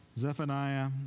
Zephaniah